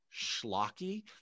schlocky